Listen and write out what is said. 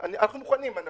אנחנו מוכנים.